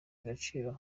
agaciro